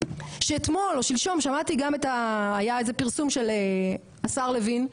שאתמול או שלשום שמעתי גם את היה איזה פרסום של השר לוין,